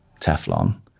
Teflon